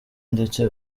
ndetse